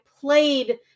played